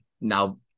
Now